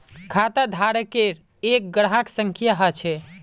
खाताधारकेर एक ग्राहक संख्या ह छ